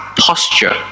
posture